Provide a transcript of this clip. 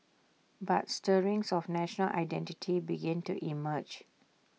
but stirrings of national identity began to emerge